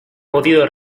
podido